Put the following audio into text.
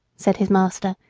said his master,